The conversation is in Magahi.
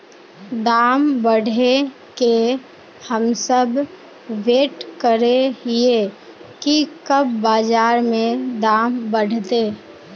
दाम बढ़े के हम सब वैट करे हिये की कब बाजार में दाम बढ़ते?